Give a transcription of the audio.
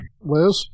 Liz